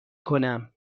کنم